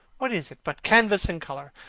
what is it but canvas and colour?